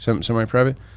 semi-private